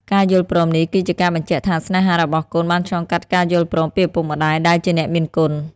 ការយល់ព្រមនេះគឺជាការបញ្ជាក់ថា ស្នេហារបស់កូនបានឆ្លងកាត់ការយល់ព្រមពីឪពុកម្ដាយដែលជាអ្នកមានគុណ។